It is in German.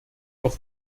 auch